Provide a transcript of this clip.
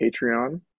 Patreon